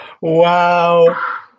Wow